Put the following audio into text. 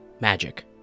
magic